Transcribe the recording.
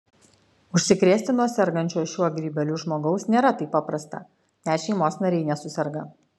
užsikrėsti nuo sergančio šiuo grybeliu žmogaus nėra taip paprasta net šeimos nariai nesuserga